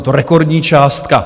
Je to rekordní částka.